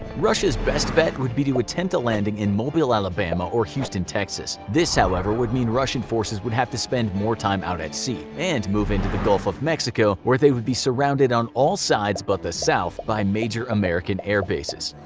russia's best bet would be to attempt a landing in mobile, alabama, or houston, texas. this however would mean russian forces would have to spend more time out at sea, and move into the gulf of mexico where they would be surrounded on all sides but the south by major american air bases.